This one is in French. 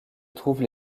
trouvent